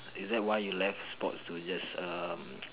is that why you left sports to just um